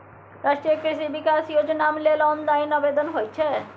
राष्ट्रीय कृषि विकास योजनाम लेल ऑनलाइन आवेदन होए छै